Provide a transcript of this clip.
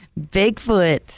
Bigfoot